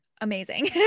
amazing